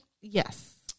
Yes